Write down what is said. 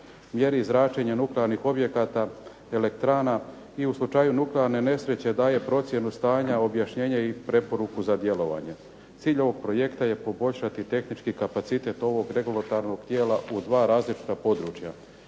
mjeri zračenje nuklearnih objekata, elektrana i u slučaju nuklearne nesreće daje procjenu stanja, objašnjenje i preporuku za djelovanje. Cilj ovog projekta je poboljšati tehnički kapacitet ovog regulatornog tijela u dva različita područja.